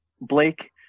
blake